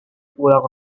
pulang